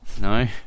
No